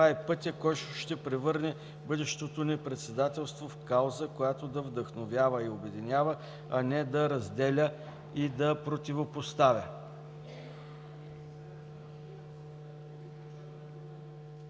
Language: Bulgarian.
Това е пътят, който ще превърне бъдещото ни председателство в кауза, която да вдъхновява и обединява, а не да разделя и да противопоставя.“